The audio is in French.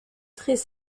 très